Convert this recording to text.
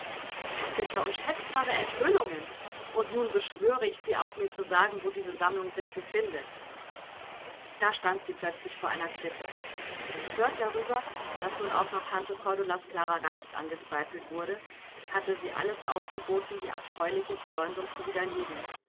das sind ja unschätzbare enthüllungen und nun beschwöre ich sie auch mir zu sagen wo diese sammlung sich befindet da stand sie plötzlich vor einer klippe empört darüber daß nun auch noch tante cordulas klarer geist angezweifelt wurde hatte sie alles aufgeboten die abscheuliche verleumdung zu widerlegen